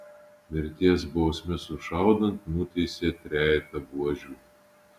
mirties bausme sušaudant nuteisė trejetą buožių